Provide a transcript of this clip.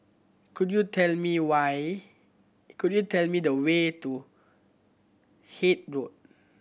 could you tell me why could you tell me the way to Hythe Road